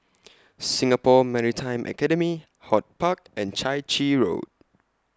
Singapore Maritime Academy HortPark and Chai Chee Road